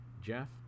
Jeff